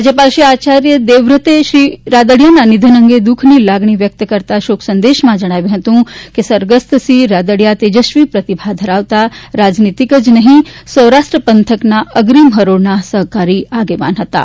રાજ્યપાલ શ્રી આચાર્ય દેવવ્રતે શ્રી વિક્રલભાઇ રાદડીયાના નિધન અંગે દુખની લાગણી વ્યક્ત કરતા શોકસંદેશામાં જગ્નાવ્યું છે કે સ્વર્ગસ્થ શ્રી વિક્રલભાઇ રાદડીયા તેજસ્વી પ્રતિભા ધરાવતા રાજનીતિજ્ઞ જ નહી સૌરાષ્ટ્ર પંથકના અગ્રીમ હરોળના સહકારી આગેવાન હતાં